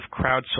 crowdsourcing